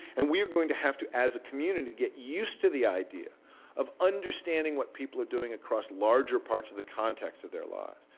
and we're going to have to as a community get used to the idea of understanding what people are doing across larger parts of the context of their lives,